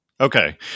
Okay